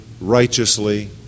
righteously